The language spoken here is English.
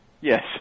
Yes